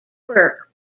work